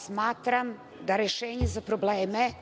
smatram da rešenje za probleme